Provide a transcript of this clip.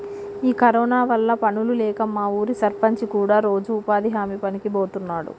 ఈ కరోనా వల్ల పనులు లేక మా ఊరి సర్పంచి కూడా రోజు ఉపాధి హామీ పనికి బోతున్నాడు